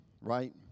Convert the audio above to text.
right